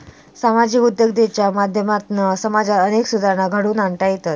सामाजिक उद्योजकतेच्या माध्यमातना समाजात अनेक सुधारणा घडवुन आणता येतत